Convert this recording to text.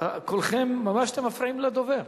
אתם כולכם ממש מפריעים לדובר.